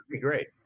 great